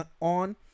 on